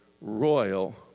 royal